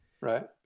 Right